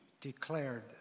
declared